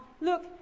Look